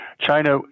China